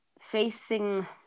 facing